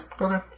Okay